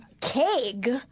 keg